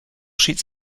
sheets